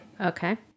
Okay